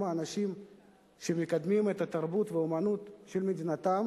האנשים שמקדמים את התרבות והאמנות של מדינתם